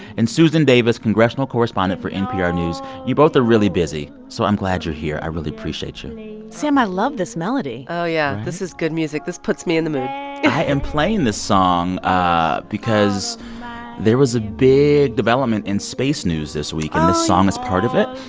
and susan davis, congressional correspondent for npr news. you both are really busy, so i'm glad you're here. i really appreciate you sam, i love this melody oh, yeah. this is good music. this puts me in the mood i am playing this song ah because there was a big development in space news this week oh and this song is part of it.